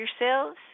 yourselves